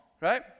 Right